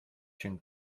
une